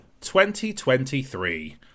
2023